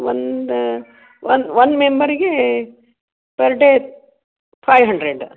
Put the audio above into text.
ಒಂದು one one ಮೆಂಬರಿಗೆ per day five hundred